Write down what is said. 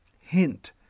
hint